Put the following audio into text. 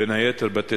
בין היתר בתי-ספר,